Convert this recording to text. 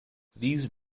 these